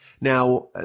Now